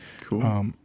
Cool